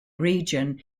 region